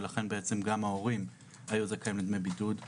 ולכן בעצם גם ההורים היו זכאים לדמי בידוד אז.